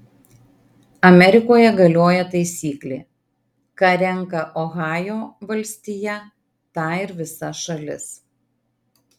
amerikoje galioja taisyklė ką renka ohajo valstija tą ir visa šalis